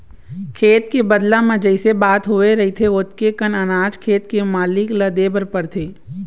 खेत के बदला म जइसे बात होवे रहिथे ओतके कन अनाज खेत के मालिक ल देबर परथे